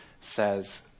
says